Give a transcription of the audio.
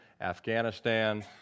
Afghanistan